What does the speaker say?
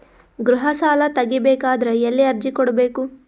ಗೃಹ ಸಾಲಾ ತಗಿ ಬೇಕಾದರ ಎಲ್ಲಿ ಅರ್ಜಿ ಕೊಡಬೇಕು?